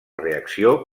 reacció